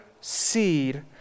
seed